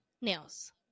nails